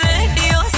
Radio